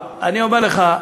אני אומר לך,